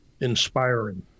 inspiring